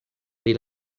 pri